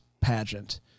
pageant